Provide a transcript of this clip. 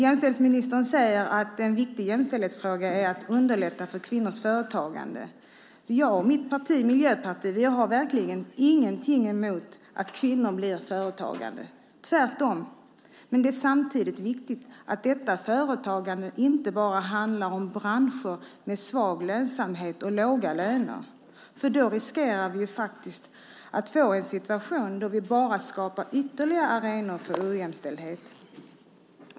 Jämställdhetsministern säger att en viktig jämställdhetsfråga är att underlätta för kvinnors företagande. Jag och mitt parti, Miljöpartiet, har verkligen ingenting emot att kvinnor blir företagare - tvärtom. Men det är samtidigt viktigt att detta företagande inte bara handlar om branscher med svag lönsamhet och låga löner. Annars riskerar vi faktiskt att få en situation där vi bara skapar ytterligare arenor för ojämställdhet.